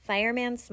Fireman